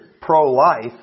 pro-life